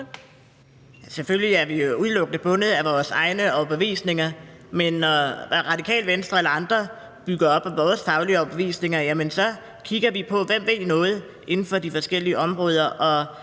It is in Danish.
Selvfølgelig er vi udelukkende bundet af vores egne overbevisninger, men når Radikale Venstre eller andre bygger faglige overbevisning op, kigger vi på, hvem der ved noget inden for de forskellige områder,